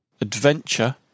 Adventure